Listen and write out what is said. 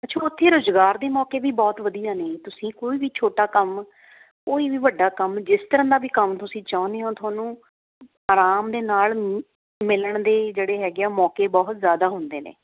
ਅੱਛਾ ਉਥੇ ਰੁਜ਼ਗਾਰ ਦੇ ਮੌਕੇ ਵੀ ਬਹੁਤ ਵਧੀਆ ਨੇ ਤੁਸੀਂ ਕੋਈ ਵੀ ਛੋਟਾ ਕੰਮ ਕੋਈ ਵੀ ਵੱਡਾ ਕੰਮ ਜਿਸ ਤਰ੍ਹਾਂ ਦਾ ਵੀ ਕੰਮ ਤੁਸੀਂ ਚਾਹੁੰਦੇ ਹੋ ਤੁਹਾਨੂੰ ਆਰਾਮ ਦੇ ਨਾਲ ਮਿਲਣ ਦੇ ਜਿਹੜੇ ਹੈਗੇ ਆ ਮੌਕੇ ਬਹੁਤ ਜ਼ਿਆਦਾ ਹੁੰਦੇ ਨੇ